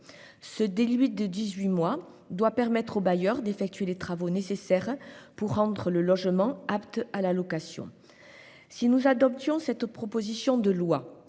Ce délai doit permettre au bailleur d'effectuer les travaux nécessaires pour rendre le logement apte à la location. Si nous adoptions cette proposition de loi,